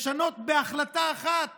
לשנות בהחלטה אחת